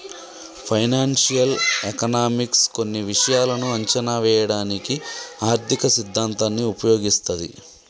financial economics కొన్ని విషయాలను అంచనా వేయడానికి ఆర్థిక సిద్ధాంతాన్ని ఉపయోగిస్తది